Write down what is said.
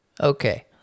Okay